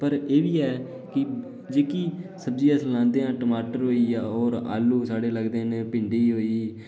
पर एह्बी ऐ कि जेह्ड़ी सब्जी़ अस लांदे हां टमाटर होई गेआ आलू साढ़ै लगदे न भिंडी